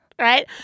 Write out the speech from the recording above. Right